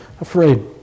afraid